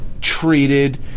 treated